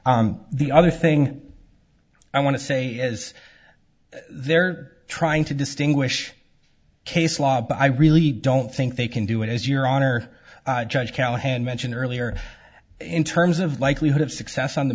on the other thing i want to say is they're trying to distinguish case law but i really don't think they can do it as your honor judge callahan mentioned earlier in terms of likelihood of success on the